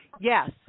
Yes